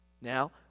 Now